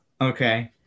Okay